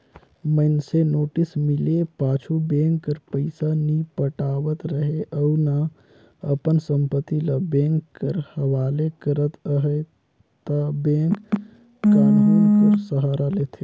मइनसे नोटिस मिले पाछू बेंक कर पइसा नी पटावत रहें अउ ना अपन संपत्ति ल बेंक कर हवाले करत अहे ता बेंक कान्हून कर सहारा लेथे